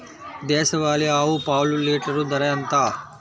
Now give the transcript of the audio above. దేశవాలీ ఆవు పాలు లీటరు ధర ఎంత?